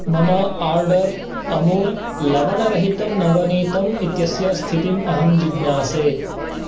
मम आर्डर् अमूल् लवणरहितं नवनीतम् इत्यस्य स्थितिम् अहं जिज्ञासे